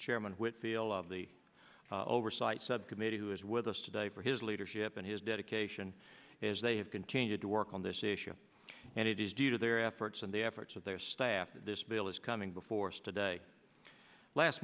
chairman whitfield of the oversight subcommittee who is with us today for his leadership and his dedication is they have continued to work on this issue and it is due to their efforts and the efforts of their staff this bill is coming before us today last